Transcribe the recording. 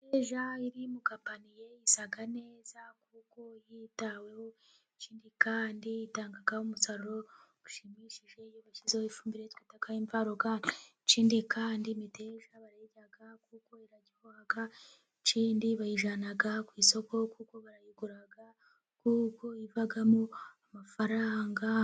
Imiteja iri mu gapaniye isa neza kuko yitaweho, ikindi kandi itanga umusaruro ushimishije, iyo bashyizeho ifumbire twita imvaruganda, ikindi kandi imiteja barayirya kuko iraryoha ikindi bayijyana ku isoko kuko barayigura kuko ivamo amafaranga.